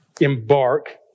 embark